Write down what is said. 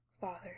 Father